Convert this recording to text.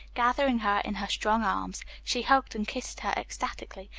gathering her in her strong arms. she hugged and kissed her ecstatically.